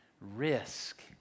Risk